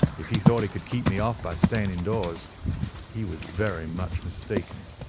if he thought he could keep me off by staying indoors he was very much mistaken.